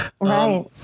Right